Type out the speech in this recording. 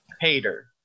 hater